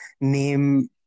name